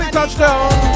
Touchdown